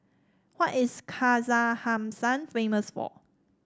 what is Kazakhstan famous for